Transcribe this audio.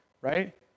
right